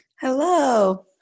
Hello